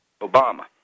Obama